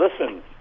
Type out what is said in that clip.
listen